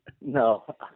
no